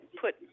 put